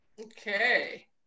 Okay